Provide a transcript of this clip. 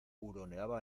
huroneaba